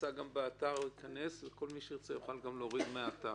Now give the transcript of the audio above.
נמצא גם באתר וכל מי שירצה, יוכל להוריד מהאתר.